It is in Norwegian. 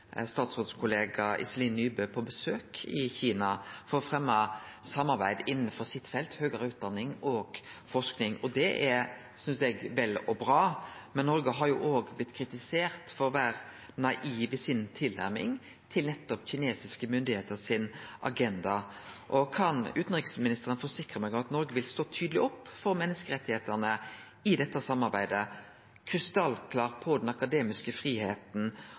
statsrådskollega Iselin Nybø på besøk i Kina for å fremje samarbeid innanfor sitt felt, høgare utdanning og forsking. Det synest eg er vel og bra, men Noreg har òg blitt kritisert for å vere naive i tilnærminga si til nettopp agendaen til kinesiske myndigheiter. Kan utanriksministeren forsikre meg om at Noreg vil stå tydeleg opp for menneskerettane i dette samarbeidet – krystallklart på den akademiske